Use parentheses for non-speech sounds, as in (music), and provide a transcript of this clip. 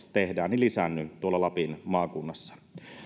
(unintelligible) tehdään lisännyt tuolla lapin maakunnassa